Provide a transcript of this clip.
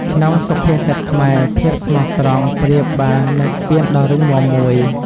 ក្នុងសុភាសិតខ្មែរ ភាពស្មោះត្រង់ប្រៀបបាននឹងស្ពានដ៏រឹងមាំមួយ។